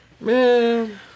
Man